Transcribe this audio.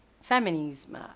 feminism